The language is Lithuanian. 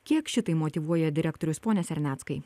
kiek šitai motyvuoja direktorius pone serneckai